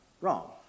wrong